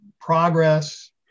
progress